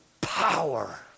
power